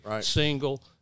single